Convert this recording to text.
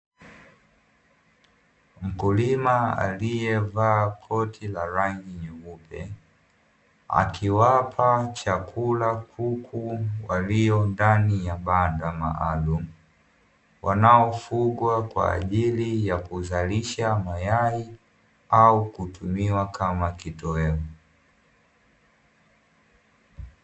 Mkulima alievaa koti la rangi nyeupe akiwapa chakula kuku walio ndani ya banda maalumu, wanaofugwa kwa ajili ya kuzalisha mayai au kutumiwa kama kitoweo.